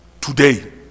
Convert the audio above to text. today